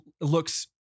looks